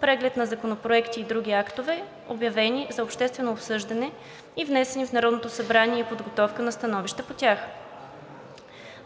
преглед на законопроекти и други актове, обявени за обществено обсъждане и внесени в Народното събрание, и подготовка на становища по тях.